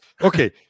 Okay